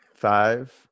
Five